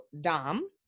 Dom